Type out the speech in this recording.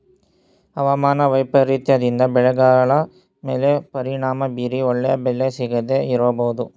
ಅವಮಾನ ವೈಪರೀತ್ಯದಿಂದ ಬೆಳೆಗಳ ಮೇಲೆ ಪರಿಣಾಮ ಬೀರಿ ಒಳ್ಳೆಯ ಬೆಲೆ ಸಿಗದೇ ಇರಬೋದು